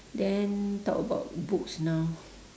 then talk about books now